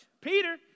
Peter